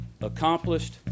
accomplished